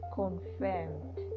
confirmed